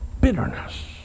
bitterness